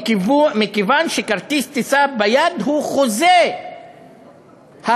מכיוון שכרטיס טיסה ביד הוא חוזה ההטסה,